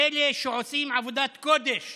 אלה שעושים עבודת קודש